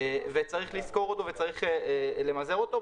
וצריך לזכור אותו וצריך למזער אותו.